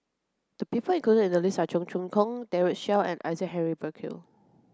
the people included in the list are Cheong Choong Kong Daren Shiau and Isaac Henry Burkill